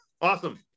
Awesome